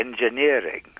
engineering